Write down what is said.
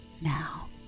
now